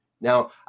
Now